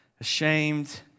Ashamed